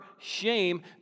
shame